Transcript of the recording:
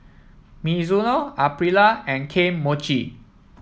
Mizuno Aprilia and Kane Mochi